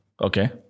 Okay